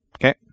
Okay